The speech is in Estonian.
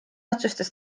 otsustas